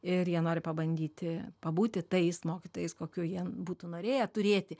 ir jie nori pabandyti pabūti tais mokytojais kokių jie būtų norėję turėti